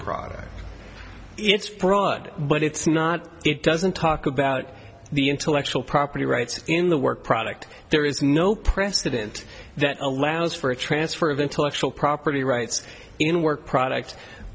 product its broad but it's not it doesn't talk about the intellectual property rights in the work product there is no precedent that allows for a transfer of intellectual property rights in work product